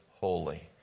holy